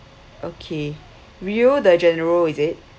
okay rio de janeiro is it